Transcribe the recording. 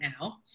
now